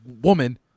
woman